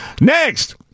Next